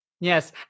Yes